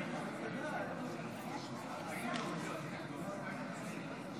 (תיקון, מעצרים מינהליים בגין חברות בארגון טרור),